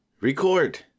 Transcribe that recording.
Record